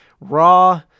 raw